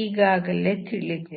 ಈಗಾಗಲೇ ತಿಳಿದಿದೆ